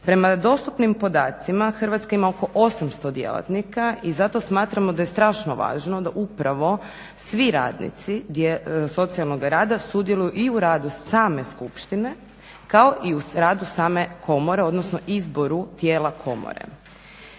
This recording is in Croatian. Prema dostupnim podacima Hrvatska ima oko 800 djelatnika i zato smatramo da je strašno važno da upravo svi radnici socijalnoga rada sudjeluju i u radu same skupštine kao i u radu same komore, odnosno izboru tijela komore.